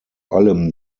allem